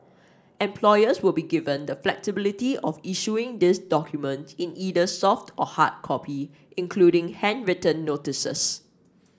employers will be given the flexibility of issuing these document in either soft or hard copy including handwritten notices